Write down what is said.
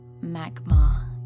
magma